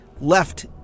left